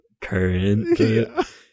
current